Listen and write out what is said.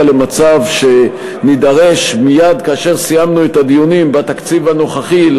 למצב שנידרש מייד כאשר סיימנו את הדיונים בתקציב הנוכחי,